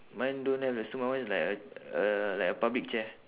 mine don't have the stool my one is like a a like a public chair